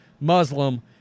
Muslim